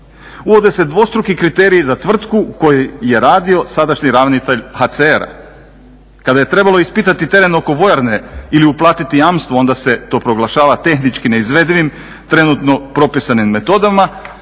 Uvode se dvostruki kriteriji za tvrtku u kojoj je radio sadašnji ravnatelj HCR-a. Kada j trebalo ispitati teren oko vojarne ili uplatiti jamstvo onda se to proglašava tehnički neizvedivim trenutno propisanim metodama,